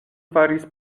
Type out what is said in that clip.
faris